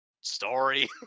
story